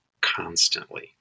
constantly